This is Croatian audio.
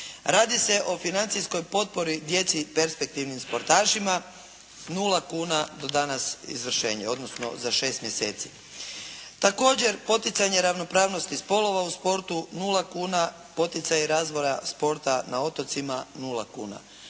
Radi se o financijskoj potpori djeci perspektivnim sportašima, nula kuna do danas izvršenje, odnosno za šest mjeseci. Također poticanje ravnopravnosti spolova u sportu nula kuna, poticaji razvoja sporta na otocima nula kuna.